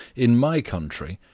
in my country,